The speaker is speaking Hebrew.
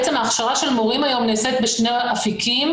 בעצם הכשרה של מורים היום נעשית בשני אפיקים,